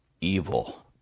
evil